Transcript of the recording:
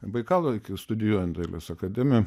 baikalo iki studijuojant dailės akademijoj